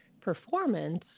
performance